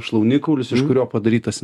šlaunikaulis iš kurio padarytas instrumentas